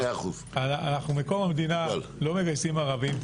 אנחנו מקום המדינה לא מגייסים ערבים.